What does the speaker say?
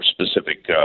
specific